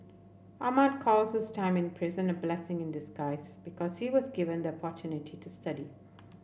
Ahmad calls his time in prison a blessing in disguise because she was given the to study